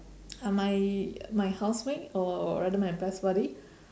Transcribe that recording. my my housemate or rather my best buddy